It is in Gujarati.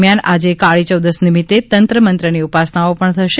દરમિયાન આજે કાળિચૌદશ નિમિત્તે તંત્ર મંત્રની ઉપાસનાઓ પણ થશે